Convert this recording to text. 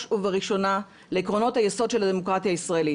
ובראשונה לעקרונות היסוד של הדמוקרטיה הישראלית.